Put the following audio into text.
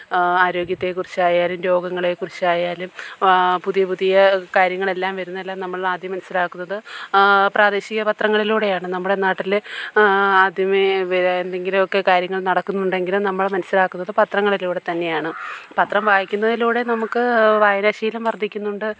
ആരോഗ്യത്തെക്കുറിച്ചായാലും രോഗങ്ങളെക്കുറിച്ചായാലും പുതിയ പുതിയ കാര്യങ്ങളെല്ലാം വരുന്നതെല്ലാം നമ്മളാദ്യം മനസ്സിലാക്കുന്നത് പ്രാദേശിക പത്രങ്ങളിലൂടെയാണ് നമ്മുടെ നാട്ടിലെ ആദ്യമേ എന്തെങ്കിലുമൊക്കെ കാര്യങ്ങൾ നടക്കുന്നുണ്ടെങ്കിലും നമ്മൾ മനസ്സിലാക്കുന്നത് പത്രങ്ങളിലൂടെത്തന്നെയാണ് പത്രം വായിക്കുന്നതിലൂടെ നമുക്ക് വായനാശീലം വര്ദ്ധിക്കുന്നുണ്ട്